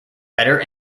better